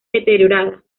deteriorada